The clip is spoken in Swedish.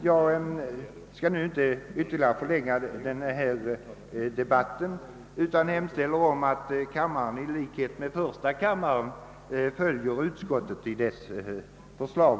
Jag skall inte ytterligare förlänga denna debatt, utan hemställer att kammaren i likhet med första kammaren följer utskottets förslag.